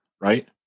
right